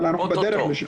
אבל אנחנו בדרך לשם.